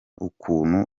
ukuntu